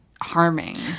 harming